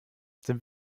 sind